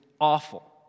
awful